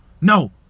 no